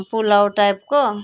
पुलाउ टाइपको